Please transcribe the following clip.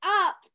up